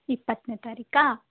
ಇಪ್ಪತ್ತನೇ ತಾರೀಕಾ